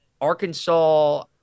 Arkansas